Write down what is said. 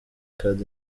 card